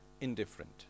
indifferent